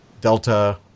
Delta